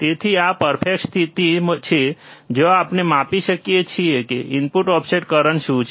તેથી આ પરફેક્ટ સ્થિતિ છે જ્યાં આપણે માપી શકીએ કે ઇનપુટ ઓફસેટ કરંટ શું છે